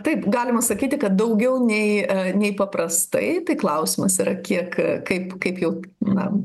taip galima sakyti kad daugiau nei nei paprastai tai klausimas yra kiek kaip kaip jau na